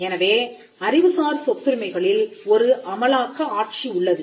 எனவே அறிவுசார் சொத்துரிமைகளில் ஒரு அமலாக்க ஆட்சி உள்ளது